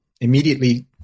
immediately